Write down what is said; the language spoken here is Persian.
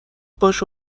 باشه